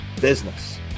business